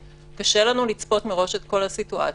קשה לנו לצפות מראש את כל הסיטואציות,